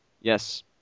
Yes